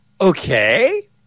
Okay